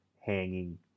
hanging